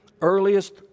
earliest